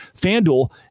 FanDuel